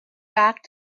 back